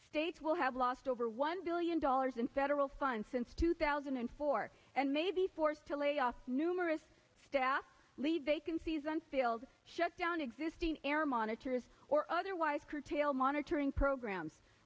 states will have lost over one billion dollars in federal funds since two thousand and four and may be forced to lay off numerous staff leave vacancies and fields shut down existing air monitors or otherwise curtail monitoring programs